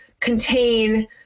contain